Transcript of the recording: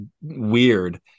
weird